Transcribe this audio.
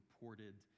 reported